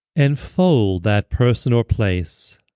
and fold that person or place